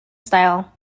style